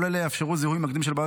כל אלה יאפשרו זיהוי מקדים של בעיות